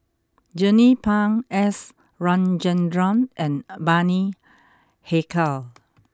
Jernnine Pang S Rajendran and Bani Haykal